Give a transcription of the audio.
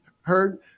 heard